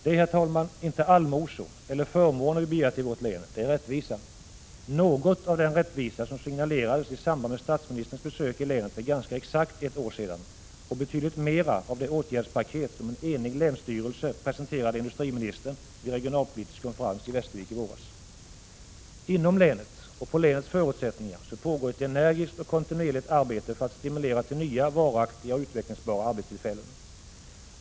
Det är, herr talman, inga allmosor eller förmåner vi begär till vårt län, utan det är rättvisa — något av den rättvisa som signalerades i samband med statsministerns besök i länet för ganska exakt ett år sedan, och betydligt mera av det åtgärdspaket som en enig länsstyrelse presenterade industriministern vid en regionalpolitisk konferens i Västervik i våras. Inom länet och på länets förutsättningar pågår ett energiskt och kontinuerligt arbete för att stimulera till nya varaktiga och utvecklingsbara arbetstillfällen.